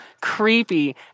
creepy